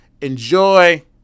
Enjoy